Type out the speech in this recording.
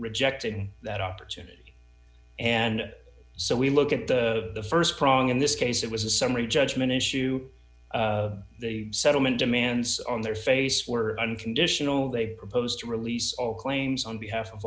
rejecting that opportunity and so we look at the st prong in this case it was a summary judgment issue the settlement demands on their face were unconditional they proposed to release all claims on behalf of